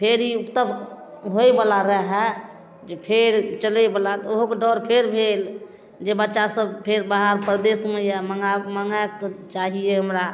फेर ई उपतप होइवला रहै जे फेर चलैवला तऽ ओहोके डर फेर भेल जे बच्चासब फेर बाहर परदेसमे अइ मँगा मँगाकऽ चाहिए हमरा